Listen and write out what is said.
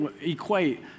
equate